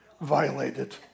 violated